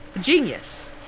Genius